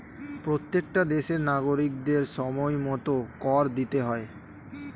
প্রত্যেকটা দেশের নাগরিকদের সময়মতো কর দিতে হয়